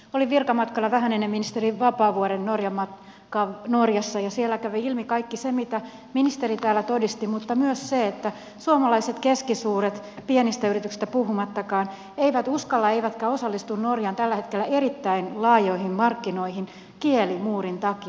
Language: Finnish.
olin virkamatkalla norjassa vähän ennen ministeri vapaavuoren norjan matkaa ja siellä kävi ilmi kaikki se mitä ministeri täällä todisti mutta myös se että suomalaiset keskisuuret yritykset pienistä yrityksistä puhumattakaan eivät uskalla osallistua eivätkä osallistu norjan tällä hetkellä erittäin laajoihin markkinoihin kielimuurin takia